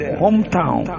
hometown